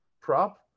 prop